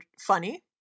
funny